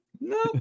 no